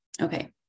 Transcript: Okay